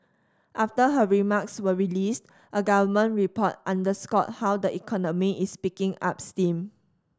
after her remarks were released a government report underscored how the economy is picking up steam